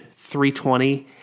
320